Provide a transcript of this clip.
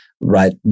right